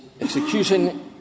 execution